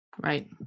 Right